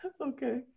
Okay